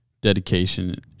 dedication